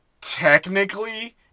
Technically